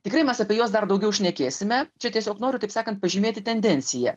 tikrai mes apie juos dar daugiau šnekėsime čia tiesiog noriu taip sakan pažymėti tendenciją